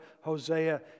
Hosea